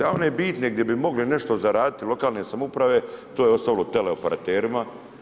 A one bitne gdje bi mogli nešto zaraditi, lokalne samouprave, to je ostalo teleoperaterima.